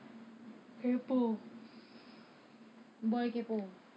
kaypoh boy kaypoh